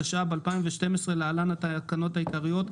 התשע"ב-2012 (להלן התקנות העיקריות),